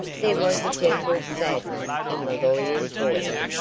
there was a gentle sadness in the lawyer's voice,